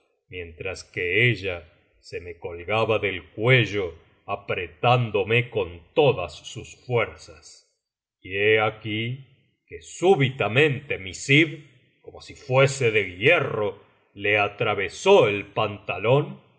mientras que ella se me colgaba del cuello apretándome con todas sus fuerzas y he aquí que súbitamente mi zib como si fuese de hierro le atravesó el pantalón